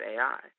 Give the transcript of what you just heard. AI